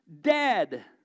dead